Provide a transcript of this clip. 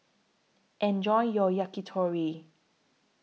Enjoy your Yakitori